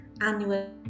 annual